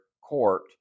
court